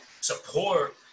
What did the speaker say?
support